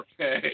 okay